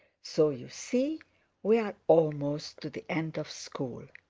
so you see we are almost to the end of school.